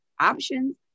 options